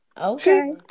Okay